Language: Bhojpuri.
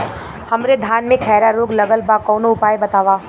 हमरे धान में खैरा रोग लगल बा कवनो उपाय बतावा?